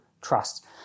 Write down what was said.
trust